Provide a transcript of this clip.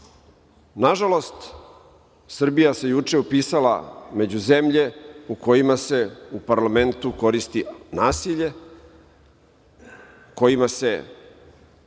dosadi. Nažalost, Srbija se juče upisala među zemlje u kojima se u parlamentu koristi nasilje, kojima se